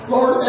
Lord